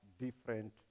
different